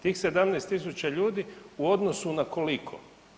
Tih 17 tisuća ljudi, u odnosu na koliko?